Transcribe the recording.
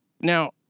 Now